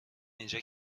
اینجا